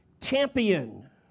champion